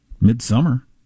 midsummer